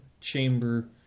chamber